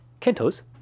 Kento's